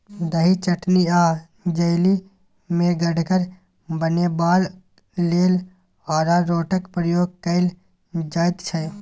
दही, चटनी आ जैली केँ गढ़गर बनेबाक लेल अरारोटक प्रयोग कएल जाइत छै